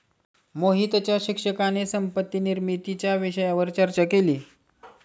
मोहितच्या शिक्षकाने संपत्ती निर्मितीच्या विषयावर चर्चा केली